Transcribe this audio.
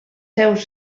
seus